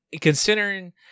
considering